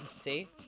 See